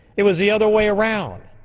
it was the other way around.